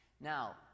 Now